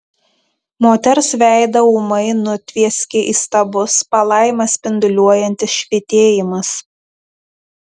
moters veidą ūmai nutvieskė įstabus palaimą spinduliuojantis švytėjimas